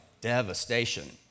devastation